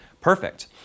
perfect